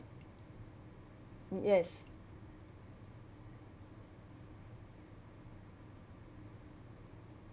yes